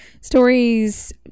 stories